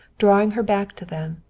drawing her back to them.